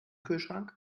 kühlschrank